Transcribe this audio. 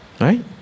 Right